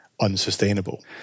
unsustainable